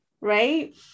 right